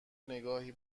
نگاهی